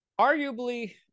Arguably